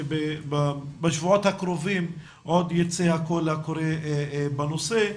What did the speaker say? שבשבועות הקרובים עוד יצא הקול הקורא בנושא.